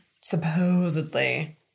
Supposedly